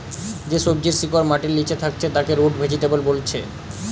যে সবজির শিকড় মাটির লিচে থাকছে তাকে রুট ভেজিটেবল বোলছে